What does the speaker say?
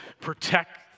protect